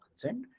consent